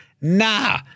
nah